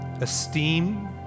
esteem